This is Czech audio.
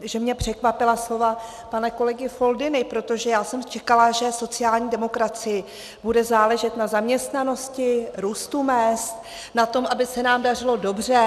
že mě překvapila slova pana kolegy Foldyny, protože já jsem čekala, že sociální demokracii bude záležet na zaměstnanosti, růstu mezd, na tom, aby se nám dařilo dobře.